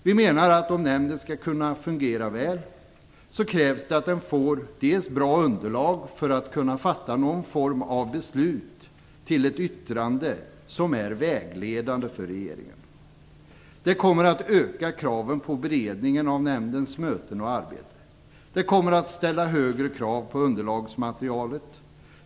Vi menar att om nämnden skall kunna fungera väl krävs att den får bra underlag för att kunna fatta någon form av beslut om ett yttrande som är vägledande för regeringen. Det kommer att öka kraven på beredningen av nämndens möten och arbete. Det kommer att ställa högre krav på underlagsmaterialet.